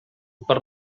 per